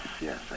yes